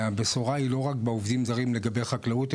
והבשורה היא לא רק בעובדים זרים לגבי חקלאות,